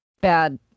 bad